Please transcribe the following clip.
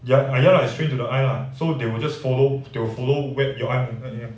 ya ah ya lah is trained to the eye lah so they will just follow they will follow where your eye movement